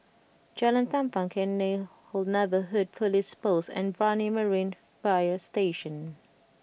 Jalan Tampang Cairnhill Neighbourhood Police Post and Brani Marine Fire Station